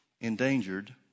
endangered